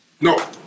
No